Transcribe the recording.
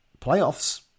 playoffs